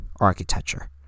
architecture